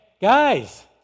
Guys